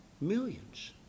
millions